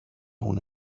una